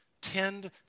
tend